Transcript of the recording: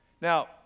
Now